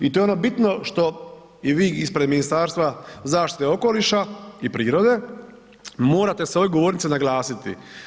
I to je ono bitno što i vi ispred Ministarstva zaštite okoliša i prirode morate s ove govornice naglasiti.